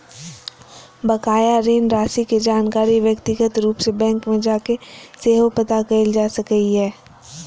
बकाया ऋण राशि के जानकारी व्यक्तिगत रूप सं बैंक मे जाके सेहो पता कैल जा सकैए